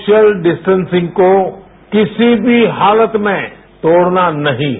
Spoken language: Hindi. सोशल डिस्टेंसिंग को किसी भी हालत में तोड़ना नहीं है